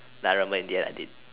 like remember in the end I did